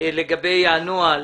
לגבי הנוהל